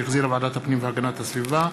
שהחזירה ועדת הפנים והגנת הסביבה,